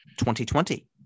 2020